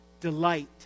delight